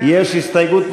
יש הסתייגות,